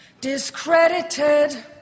discredited